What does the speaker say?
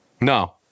No